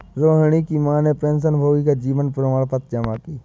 रोहिणी की माँ ने पेंशनभोगी का जीवन प्रमाण पत्र जमा की